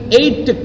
eight